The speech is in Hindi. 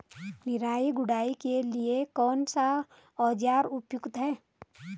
निराई गुड़ाई के लिए कौन सा औज़ार उपयुक्त है?